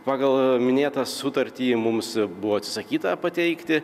pagal minėtą sutartį mums buvo atsisakyta pateikti